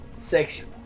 section